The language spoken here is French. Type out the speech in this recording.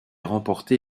remporté